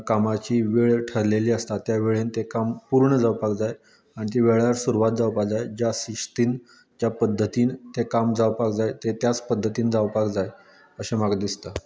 कामाची वेळ ठरलेली आसता त्या वेळेन तें काम पूर्ण जावपाक जाय आनी ती वेळार सुरवात जावपा जाय ज्या शिस्तीन ज्या पद्दतीन तें काम जावपाक जाय तें त्याच पद्दतीन जावपाक जाय अशें म्हाका दिसता